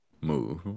move